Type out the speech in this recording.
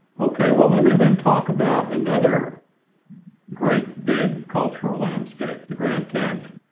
okay, well let me then talk about another great big cultural landscape, the grand canyon.